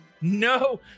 No